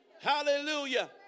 Hallelujah